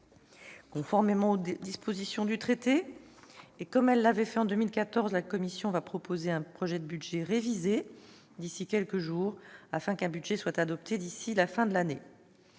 Conformément aux stipulations du traité et comme elle l'avait fait en 2014, la Commission européenne va proposer un projet de budget révisé d'ici à quelques jours, afin qu'un budget puisse être adopté avant la fin de l'année.